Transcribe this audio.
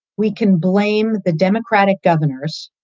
we can blame the democratic governors.